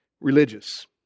religious